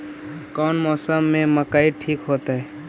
कौन मौसम में मकई ठिक होतइ?